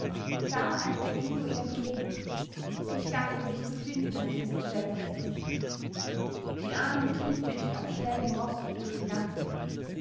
da eilte ingo ihr entgegen ich dachte dich zu finden an dieser stelle die ahnung trieb mich auf schnellem rosse durch die nacht